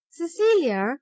cecilia